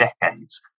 decades